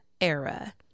Era